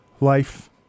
life